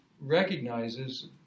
recognizes